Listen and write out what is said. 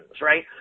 right